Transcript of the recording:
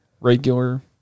regular